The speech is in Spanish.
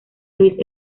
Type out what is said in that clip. luis